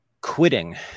Quitting